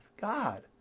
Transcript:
God